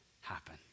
happen